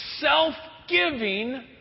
self-giving